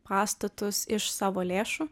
pastatus iš savo lėšų